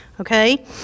okay